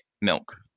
milk